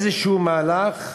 איזה מהלך,